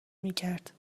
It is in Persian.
میکرد